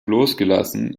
losgelassen